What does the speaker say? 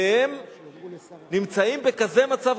שילדיהם נמצאים בכזה מצב,